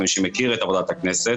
כמי שמכיר את עבודת הכנסת,